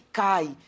cai